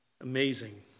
Amazing